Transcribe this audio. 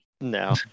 no